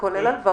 כולל הלוואות?